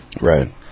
right